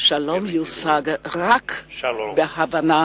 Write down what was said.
שלום יושג רק בהבנה.